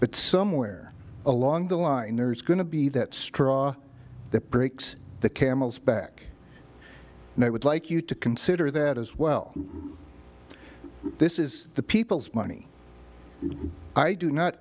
but somewhere along the line there's going to be that straw that breaks the camel's back and i would like you to consider that as well this is the people's money i do not